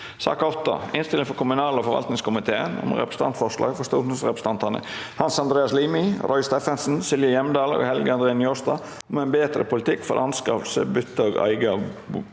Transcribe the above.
Innstilling fra kommunal- og forvaltningskomiteen om Representantforslag fra stortingsrepresentantene Hans Andreas Limi, Roy Steffensen, Silje Hjemdal og Helge André Njåstad om en bedre politikk for anskaf- felse, bytte og eie